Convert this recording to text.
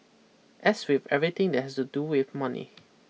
as with everything that has to do with money